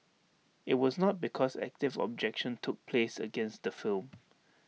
IT was not because active objection took place against the film